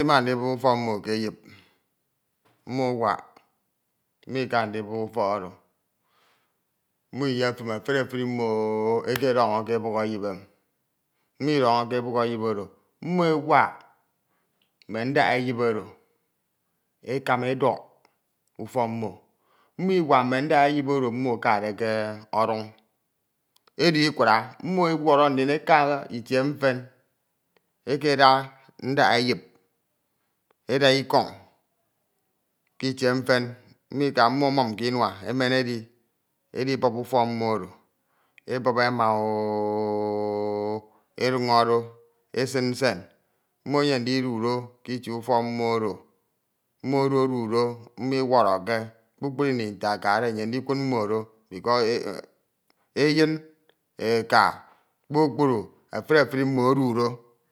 mmo awak mmo ika ndibup ufọk oro, mmọ iyefun efuri efuri mmo ekedọño ke ebuk eyip emi, mmo idọñọ ke ebuk eyip oro, mmo ewak mme ndaj ebuk eyip oro ekama eduk mfok mmk. Mmo iwak mme ndak eyip oro mmo ekade ekedun, oro ikura mmo ewọrọ ndun eka itie mfen, ekeda ndak eyip ikọñ ke itie mfen. Mmo ika mmi ebum ke inua emen edi, edibup ufok mmo oro ebup emaooooo, eduñọ di esin nsen. Mmo eyem kudie ufọk mmo oro. mmo ededu do mmo usọrọke, kpukpru ini nte akade eyeun ndikud mmọ do, egin eke kpukpru efuri efuri mmo edudo.